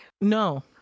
No